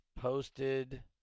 posted